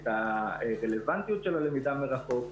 את הרלוונטיות של הלמידה מרחוק,